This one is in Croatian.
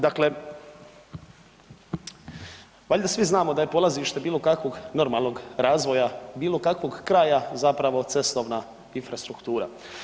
Dakle, valjda svi znamo da je polazište bilo kakvog normalnog razvoja, bilo kakvog kraja zapravo cestovna infrastruktura.